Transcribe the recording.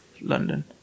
London